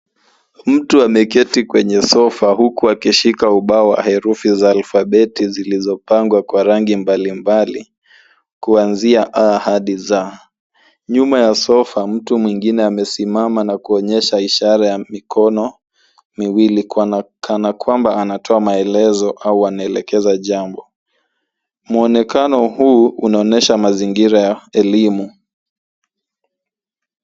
Mtu ameketi kwenye sofa huku akishika ubao wa herufi za alfabeti zilizopangwa kwa rangi mbalimbali kuanzia A hadi Z. Nyuma ya sofa, mtu mwingine amesimama na kuonyesha ishara ya mikono miwili kwana- kana kwamba anatoa maelezo au anaelekeza jambo. Muonekano huu unaonyesha mazingira ya elimu.